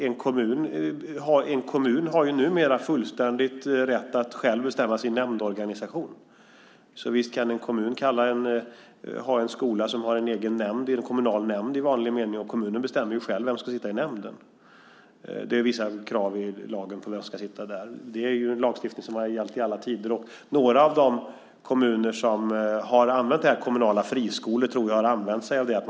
En kommun har numera fullständig rätt att själv bestämma sin nämndorganisation, så visst kan en kommun ha en skola som har en egen nämnd, en kommunal nämnd i vanlig mening. Och kommunen bestämmer ju själv vem som ska sitta i nämnden. Det är vissa krav i lagen när det gäller vem som ska sitta där. Det är ju en lagstiftning som har gällt i alla tider. Några av de kommuner som har kommunala friskolor tror jag har använt sig av detta.